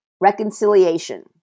Reconciliation